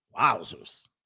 Wowzers